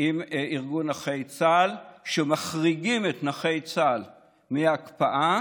עם ארגון נכי צה"ל שמחריגים את נכי צה"ל מההקפאה